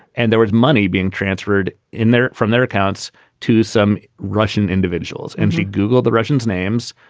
and there was money being transferred in there from their accounts to some russian individuals. and she googled the russians names.